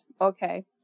Okay